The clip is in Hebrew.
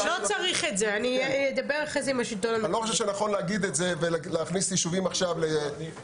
אני לא חושב שנכון להגיד את זה ולהגדיר יישובים כמסוכנים.